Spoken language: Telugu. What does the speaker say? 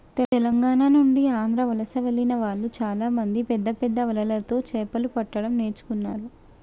తెలంగాణ నుండి ఆంధ్ర వలస వెళ్లిన వాళ్ళు చాలామంది పెద్దపెద్ద వలలతో చాపలు పట్టడం నేర్చుకున్నారు